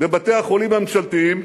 בבתי-החולים הממשלתיים,